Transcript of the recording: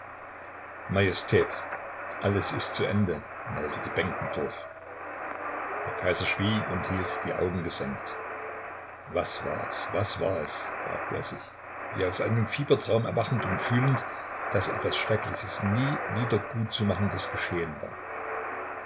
alles ist zu ende meldete benkendorf der kaiser schwieg und hielt die augen gesenkt was war es was war es fragte er sich wie aus einem fiebertraum erwachend und fühlend daß etwas schreckliches nie wieder gutzumachendes geschehen war